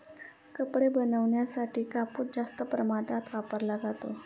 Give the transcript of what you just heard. कपडे बनवण्यासाठी कापूस जास्त प्रमाणात वापरला जातो